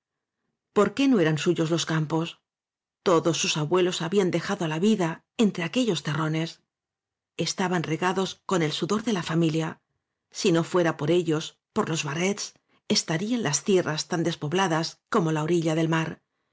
por qué no eran suyos los cam pos todos sus abuelos habían dejado la vida entre aquellos terrones estaban regados con el sudor de la familia si no fuera por ellos por los barrets estarían las tierras tan des pobladas como la orilla del mar